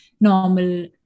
normal